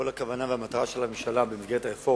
כל הכוונה והמטרה של הממשלה במסגרת הרפורמה